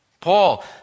Paul